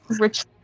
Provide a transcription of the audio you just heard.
Rich